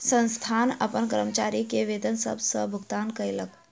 संस्थान अपन कर्मचारी के वेतन समय सॅ भुगतान कयलक